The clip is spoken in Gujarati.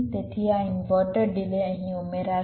તેથી આ ઇન્વર્ટર ડિલે અહીં ઉમેરાશે